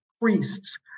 priests